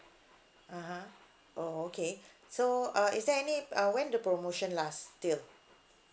(uh huh) oh okay so uh is there any uh when the promotion last till